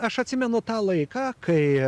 aš atsimenu tą laiką kai